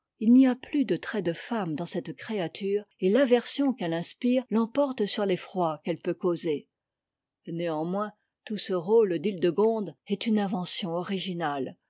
il n'y a plus de trait de femme dans cette créature et l'aversion qu'elle inspire l'emporte sur l'effroi qu'elle peut causer néanmoins tout ce rôle d'hildegonde est une invention originale